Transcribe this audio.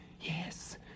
Yes